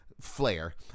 Flare